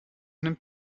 nimmt